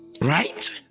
Right